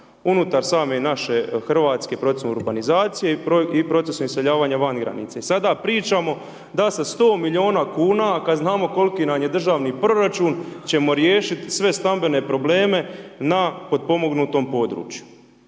Unutar same naše RH procesom urbanizacije i procesom iseljavanja van granica. I sada pričamo da sa 100 milijuna kuna, kada znamo koliki nam je državni proračun, ćemo riješiti sve stambene probleme na potpomognutom području.